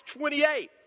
28